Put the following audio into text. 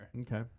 Okay